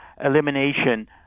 elimination